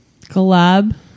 collab